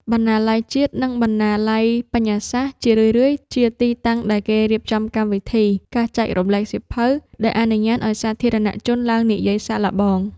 បណ្ណាល័យជាតិ និងបណ្ណាល័យបញ្ញាសាស្ត្រ ជារឿយៗជាទីតាំងដែលគេរៀបចំកម្មវិធី ការចែករំលែកសៀវភៅ ដែលអនុញ្ញាតឱ្យសាធារណជនឡើងនិយាយសាកល្បង។